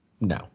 No